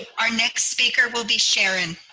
our next speaker will be sharon.